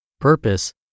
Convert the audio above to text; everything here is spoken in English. purpose